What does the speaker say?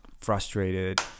frustrated